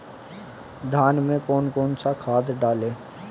धान में कौन सा खाद डालें?